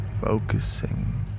focusing